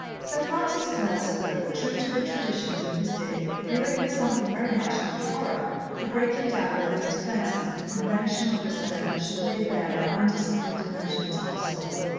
sir francis clare spoke, true to the traditions of his day, viewing with something very much like horror the breaking down of those defences of a conventional reserve that should lay bare the undisciplined emotions of the soul.